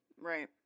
Right